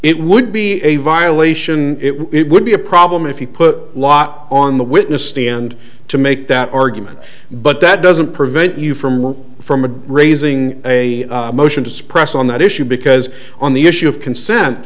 it would be a violation it would be a problem if you put a lot on the witness stand to make that argument but that doesn't prevent you from from raising a motion to suppress on that issue because on the issue of consent